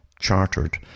chartered